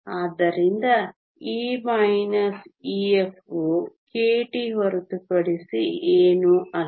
ಆದ್ದರಿಂದ E - Ef ಯು kT ಹೊರತುಪಡಿಸಿ ಏನೂ ಅಲ್ಲ